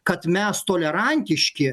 kad mes tolerantiški